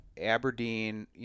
Aberdeen